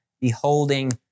beholding